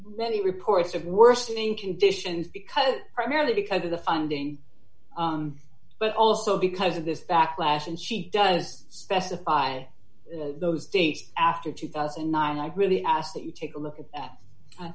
many reports of worsening conditions because primarily because of the funding but also because of this backlash and she does specify those states after two thousand and nine i really ask that you take a look at tha